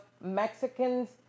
Mexicans